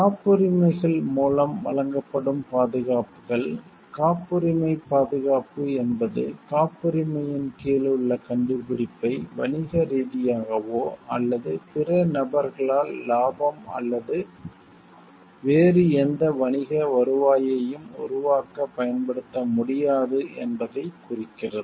காப்புரிமைகள் மூலம் வழங்கப்படும் பாதுகாப்புகள் காப்புரிமை பாதுகாப்பு என்பது காப்புரிமையின் கீழ் உள்ள கண்டுபிடிப்பை வணிகரீதியாகவோ அல்லது பிற நபர்களால் லாபம் அல்லது வேறு எந்த வணிக வருவாயையும் உருவாக்க பயன்படுத்த முடியாது என்பதைக் குறிக்கிறது